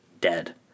dead